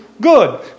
Good